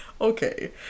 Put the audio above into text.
Okay